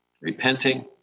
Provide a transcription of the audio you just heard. repenting